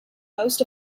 most